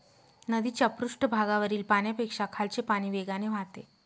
नदीच्या पृष्ठभागावरील पाण्यापेक्षा खालचे पाणी वेगाने वाहते